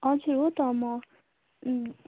हजुर हो त म अँ